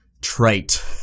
trite